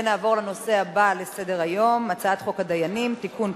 נעבור לנושא הבא בסדר-היום: הצעת חוק הדיינים (תיקון,